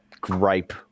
gripe